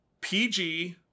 PG